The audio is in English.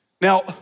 Now